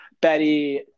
Betty